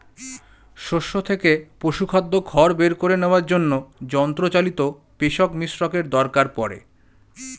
শস্য থেকে পশুখাদ্য খড় বের করে নেওয়ার জন্য যন্ত্রচালিত পেষক মিশ্রকের দরকার পড়ে